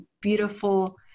beautiful